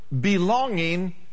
belonging